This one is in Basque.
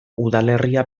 udalerria